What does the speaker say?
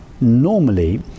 Normally